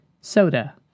soda